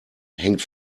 hängt